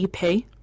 EP